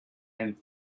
and